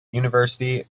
university